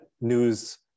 news